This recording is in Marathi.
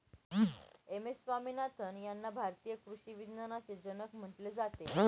एम.एस स्वामीनाथन यांना भारतीय कृषी विज्ञानाचे जनक म्हटले जाते